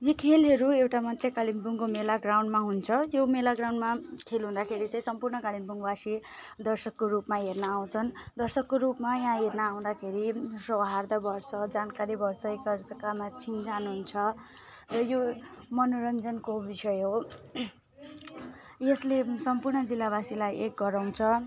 यी खेलहरू एउटा मात्रै कालिम्पोङको मेलाग्राउन्डमा हुन्छ त्यो मेलाग्राउन्डमा खेल हुँदाखेरि चाहिँ सम्पूर्ण कालिम्पोङवासी दर्शकको रूपमा हेर्न आउँछन् दर्शकको रूपमा यहाँ हेर्न आउँदाखेरि सौहार्दबस जानकारी भइबस्छ एकअर्कामा चिनजान हुन्छ र यो मनोरञ्जनको विषय हो यसले सम्पूर्ण जिल्लाबासीलाई एक गराउँछ